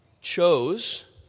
chose